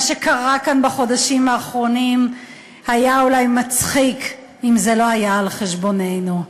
מה שקרה כאן בחודשים האחרונים היה אולי מצחיק אם זה לא היה על חשבוננו,